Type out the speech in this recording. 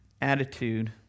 attitude